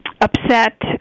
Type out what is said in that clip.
upset